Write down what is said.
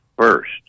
first